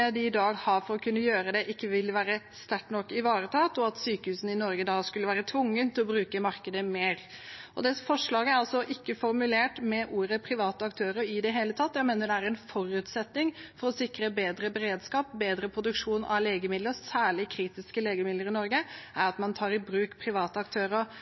de i dag har for å kunne gjøre det, ikke ville være sterkt nok ivaretatt, og at sykehusene i Norge da skulle være tvunget til å bruke markedet mer. Det forslaget er ikke formulert med ordene «private aktører» i det hele tatt. Jeg mener det er en forutsetning for å sikre bedre beredskap, bedre produksjon av legemidler, særlig kritiske legemidler i Norge, at man tar i bruk private aktører.